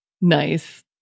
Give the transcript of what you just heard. Nice